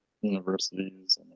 universities